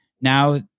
now